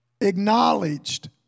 acknowledged